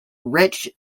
rich